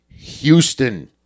Houston